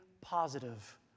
positive